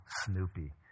Snoopy